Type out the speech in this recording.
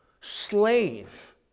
slave